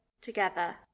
Together